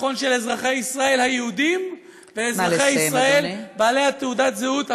הביטחון של אזרחי ישראל היהודים ואזרחי ישראל בעלי תעודת הזהות הכחולה,